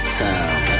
time